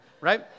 right